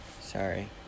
Sorry